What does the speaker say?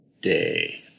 day